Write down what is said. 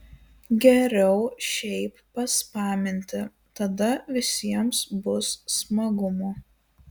geriau šiaip paspaminti tada visiems bus smagumo